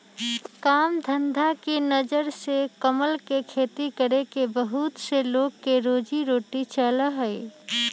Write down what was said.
काम धंधा के नजर से कमल के खेती करके बहुत से लोग के रोजी रोटी चला हई